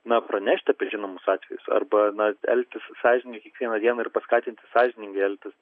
na pranešti apie žinomus atvejus arba na elgtis sąžiningai kiekvieną dieną ir paskatinti sąžiningai elgtis